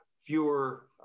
fewer